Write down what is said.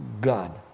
God